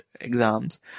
exams